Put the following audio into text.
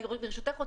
ברשותך,